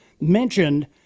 mentioned